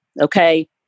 okay